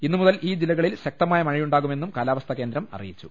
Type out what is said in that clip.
ഇന്ന് മുതൽ ഈ ജില്ലകളിൽ ശക്തമായ മഴയുണ്ടാകുമെന്നും കാലാവസ്ഥാ കേന്ദ്രം അറിയി ച്ചു